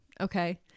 okay